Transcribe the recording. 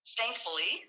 thankfully